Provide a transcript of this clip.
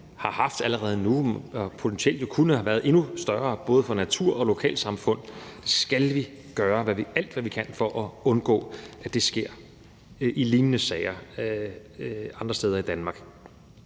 har haft allerede nu, og som jo potentielt kunne have været endnu større, både for naturen og for lokalsamfundet, skal vi gøre alt, hvad vi kan, for at undgå sker igen i lignende sager andre steder i Danmark.